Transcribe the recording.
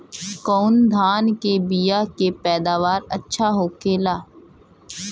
कवन धान के बीया के पैदावार अच्छा होखेला?